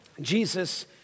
Jesus